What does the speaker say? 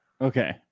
Okay